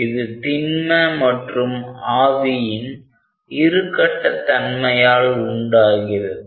இது திண்ம மற்றும் ஆவியின் இருகட்ட தன்மையால் உண்டாகிறது